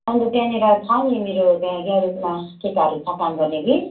अन्त त्यहाँनिर छ नि मेरो त्यहाँ ग्यारेजमा केटाहरू छ काम गर्ने कि